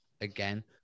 again